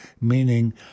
meaning